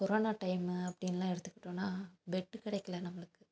corona time அப்படின்லாம் எடுத்துகிட்டோம்னா bed கிடைக்கல நம்மளுக்கு